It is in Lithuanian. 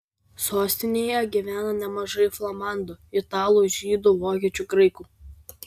sostinėje gyvena nemažai flamandų italų žydų vokiečių graikų